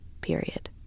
period